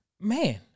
man